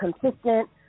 consistent